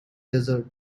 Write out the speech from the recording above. desert